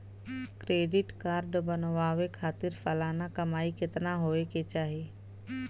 Credit card बनवावे खातिर सालाना कमाई कितना होए के चाही?